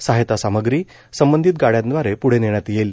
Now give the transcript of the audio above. सहायता सामग्री संबंधित गाड्यांदवारे प्ढे नेण्यात येईल